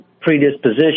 predisposition